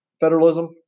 federalism